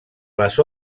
les